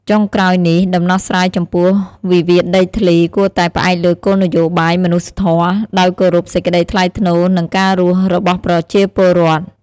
ចុងក្រោយនេះ ដំណោះស្រាយចំពោះវិវាទដីធ្លីគួរតែផ្អែកលើគោលនយោបាយមនុស្សធម៌ ដោយគោរពសេចក្តីថ្លៃថ្នូរនិងការរស់របស់ប្រជាពលរដ្ឋ។